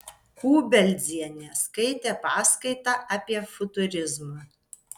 kubeldzienė skaitė paskaitą apie futurizmą